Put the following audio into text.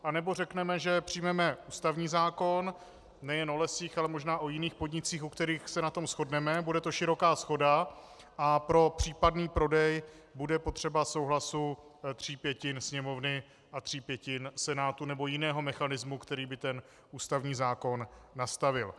Nebo řekneme, že přijmeme ústavní zákon nejen o Lesích, ale možná o jiných podnicích, o kterých se na tom shodneme, bude to široká shoda a pro případný prodej bude potřeba souhlasu tří pětin Sněmovny a tří pětin Senátu nebo jiného mechanismu, který by ten ústavní zákon nastavil.